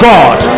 God